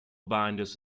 binders